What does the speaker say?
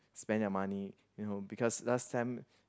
spend their money you know because last time